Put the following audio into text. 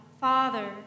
Father